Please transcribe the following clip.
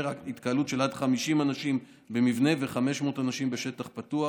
התקהלות של עד 50 אנשים במבנה ו-500 אנשים בשטח פתוח.